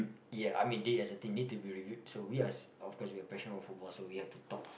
ya I mean they as a team need to be reviewed so we as of course we are passion about football so we have to talk